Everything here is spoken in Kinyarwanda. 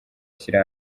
ashyira